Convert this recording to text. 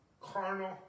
carnal